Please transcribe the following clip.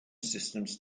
systems